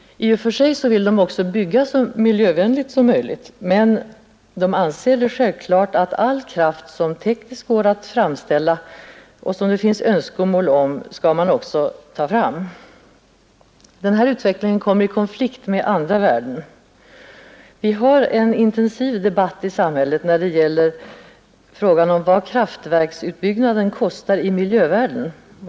I och för sig vill de också bygga så miljövänligt som möjligt, men de anser det självklart att all kraft som tekniskt går att framställa och som det finns önskemål om skall man också ta fram. Den här utvecklingen kommer i konflikt med andra värden. Vi har en intensiv debatt i samhället när det gäller frågan om vad kraftverksutbyggnaden kostar i miljövärden.